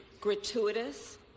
gratuitous